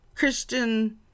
Christian